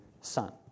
son